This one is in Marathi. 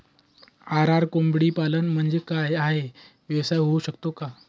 आर.आर कोंबडीपालन म्हणजे काय? हा व्यवसाय होऊ शकतो का?